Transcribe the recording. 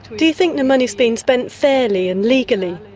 do you think the money's been spent fairly and legally?